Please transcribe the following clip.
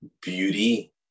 beauty